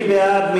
מי בעד?